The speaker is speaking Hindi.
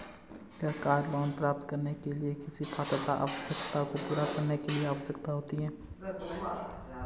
क्या कार लोंन प्राप्त करने के लिए किसी पात्रता आवश्यकता को पूरा करने की आवश्यकता है?